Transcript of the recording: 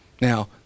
Now